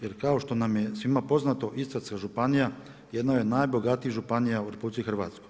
Jer kao što nam je svima poznato, Istarska županija jedna je od najbogatijih županija u RH.